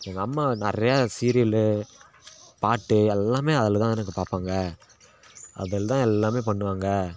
எங்கள் அம்மா நிறையா சீரியலு பாட்டு எல்லாம் அதில் தான் இருக்குது பார்ப்பாங்க அதில் தான் எல்லாம் பண்ணுவாங்க